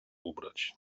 ubrać